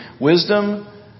Wisdom